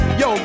yo